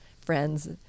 friends